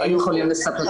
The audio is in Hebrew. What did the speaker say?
הם יכולים לספק את הנתונים.